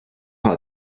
how